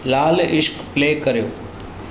लाल Ishq play करियो